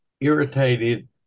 irritated